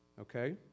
Okay